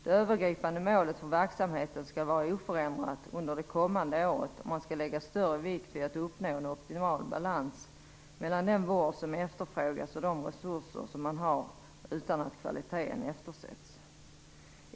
Det övergripande målet för verksamheten skall vara oförändrat under det kommande året och man skall lägga större vikt vid att uppnå en optimal balans mellan den vård som efterfrågas och de resurser som man har utan att kvaliteten eftersätts.